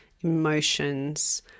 emotions